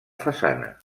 façana